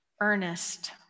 earnest